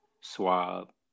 swab